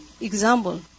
example